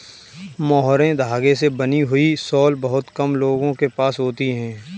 mohair धागे से बनी हुई शॉल बहुत कम लोगों के पास होती है